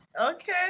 okay